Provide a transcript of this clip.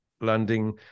landing